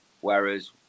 whereas